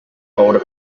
older